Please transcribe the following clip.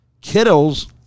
Kittles